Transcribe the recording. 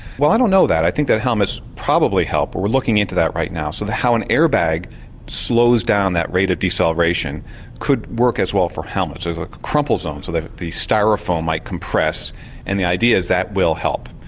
well i don't know that, i think that helmets probably help, we are looking into that right now. so how an airbag slows down that rate of deceleration could work as well for helmets, there's a crumple zone so that the styrofoam might compress and the idea is that will help.